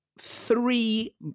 three